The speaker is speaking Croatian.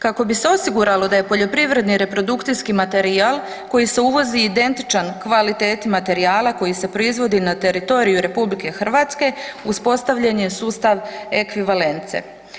Kako bi se osiguralo da je poljoprivredni reprodukcijski materija koji se uvozi identičan kvaliteti materijala koji se proizvodi na teritoriju RH uspostavljen je sustav ekvivalence.